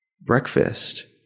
breakfast